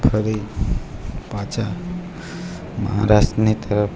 ફરી પાછા મહારાષ્ટ્રની તરફ